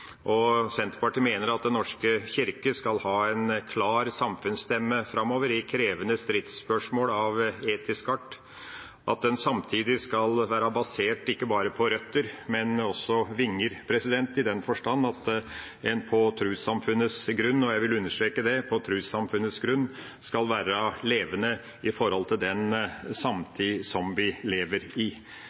korrekt. Senterpartiet mener at Den norske kirke skal ha en klar samfunnsstemme framover i krevende stridsspørsmål av etisk art, og at den samtidig skal være basert ikke bare på røtter, men også på vinger, i den forstand at den på trossamfunnets grunn – og jeg vil understreke det: på trossamfunnets grunn – skal være levende i den samtid som vi lever i.